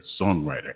songwriter